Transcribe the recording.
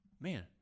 Man